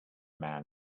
man